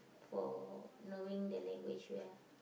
for knowing the language well